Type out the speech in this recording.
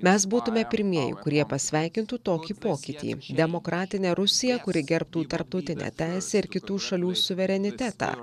mes būtume pirmieji kurie pasveikintų tokį pokytį demokratinę rusiją kuri gerbtų tarptautinę teisę ir kitų šalių suverenitetą